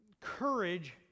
courage